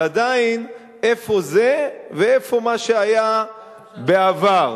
אבל עדיין, איפה זה ואיפה מה שהיה בעבר.